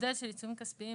המודל של עיצומים כספיים